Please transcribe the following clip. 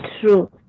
true